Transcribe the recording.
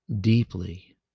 deeply